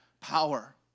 power